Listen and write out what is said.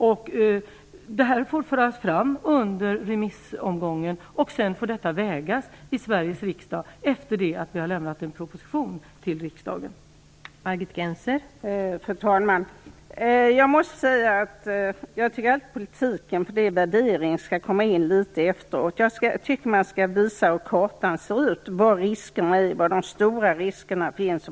Sådana här synpunkter får föras fram under remissomgången, och efter det att vi har lämnat en proposition till Sveriges riksdag får allt detta vägas samman.